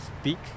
speak